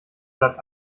bleibt